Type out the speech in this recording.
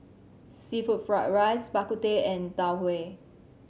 seafood fried rice Bak Kut Teh and Tau Huay